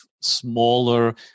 smaller